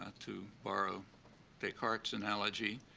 ah to borrow descartes analogy,